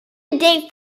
candidate